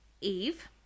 Eve